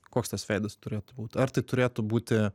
koks tas veidas turėtų būt ar tai turėtų būti